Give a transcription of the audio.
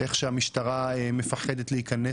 איך שהמשטרה מפחדת להיכנס